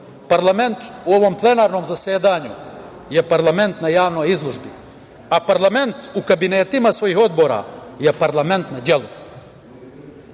Parlament u ovom plenarnom zasedanju je parlament na javnoj izložbi, a parlament u kabinetima svojih odbora je parlament na delu. Grubo